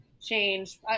change